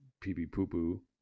Pee-pee-poo-poo